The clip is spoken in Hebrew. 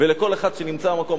ולכל אחד שנמצא במקום.